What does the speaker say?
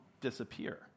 disappear